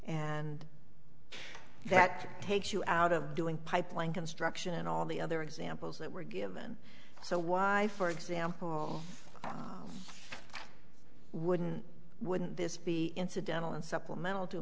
and that takes you out of doing pipeline construction and all the other examples that were given so why for example wouldn't wouldn't this be incidental and supplemental